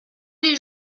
les